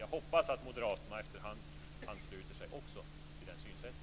Jag hoppas att också moderaterna efterhand ansluter sig till det synsättet.